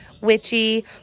witchy